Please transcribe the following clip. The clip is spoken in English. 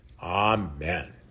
Amen